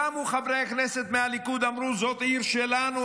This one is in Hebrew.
קמו חברי כנסת מהליכוד ואמרו: זאת עיר שלנו,